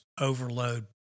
overload